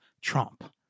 Trump